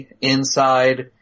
inside